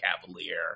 cavalier